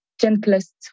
gentlest